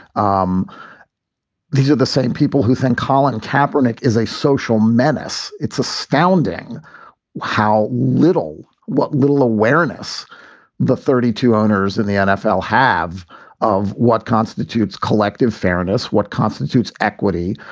um these are the same people who send colin tappahannock is a social menace. it's astounding how little what little awareness the thirty two owners in the nfl have of what constitutes collective fairness, what constitutes equity,